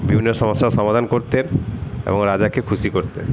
বিভিন্ন সমস্যার সমাধান করতেন এবং রাজাকে খুশি করতেন